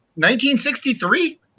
1963